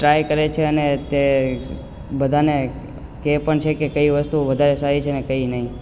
try કરે છે અને તે બધાને કહે પણ છે કે કઈ વસ્તુ વધારે સારી છે ને કઈ નહીં